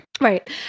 Right